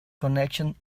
connection